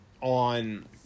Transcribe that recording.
on